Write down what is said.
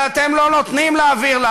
אבל אתם לא נותנים להעביר לה,